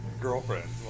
Girlfriend